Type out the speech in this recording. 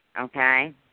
Okay